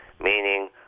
meaning